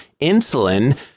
insulin